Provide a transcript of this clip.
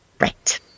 Right